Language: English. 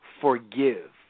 forgive